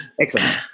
Excellent